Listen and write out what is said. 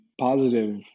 positive